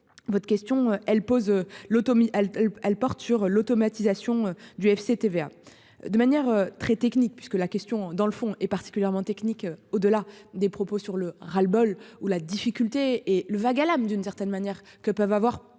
elle elle porte sur l'automatisation du FCTVA de manière très technique, puisque la question dans le fond est particulièrement technique. Au-delà des propos sur le ras-le-bol ou la difficulté et le vague à l'âme d'une certaine manière que peuvent avoir